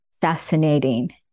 fascinating